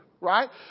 right